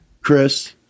chris